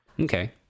Okay